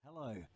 Hello